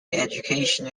education